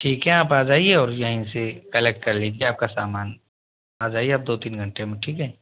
ठीक हैं आप आ जाइए और यहीं से कलेक्ट कर लीजिए आपका सामान आ जाइए आप दो तीन घंटे में ठीक है